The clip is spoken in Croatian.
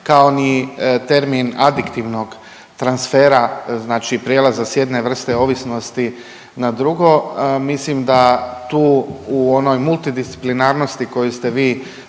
kao ni termin adiktivnog transfera znači prijelaza s jedne vrste ovisnosti na drugo. Mislim da tu u onoj multidisciplinarnosti koju ste vi